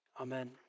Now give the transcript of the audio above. Amen